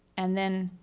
and then,